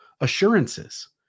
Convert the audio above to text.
assurances